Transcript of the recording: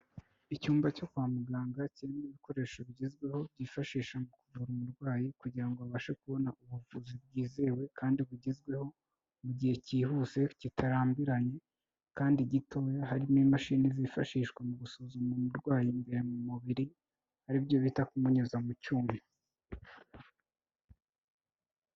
Icyumba cyo kwa muganga kirimo ibikoresho bigezweho, byifashisha mu kuvura umurwayi kugira ngo abashe kubona ubuvuzi bwizewe kandi bugezweho mu gihe cyihuse kitarambiranye kandi gitoya, harimo imashini zifashishwa mu gusuzuma umurwayi imbere mu mubiri, aribyo bita kumunyuza mu cyuma.